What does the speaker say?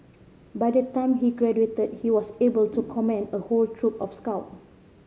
by the time he graduated he was able to command a whole troop of scout